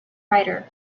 writer